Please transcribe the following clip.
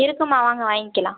இருக்கும்மா வாங்க வாய்ங்கிக்கலாம்